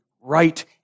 right